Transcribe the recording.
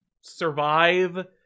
survive